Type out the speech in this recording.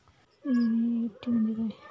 NEFT म्हणजे काय?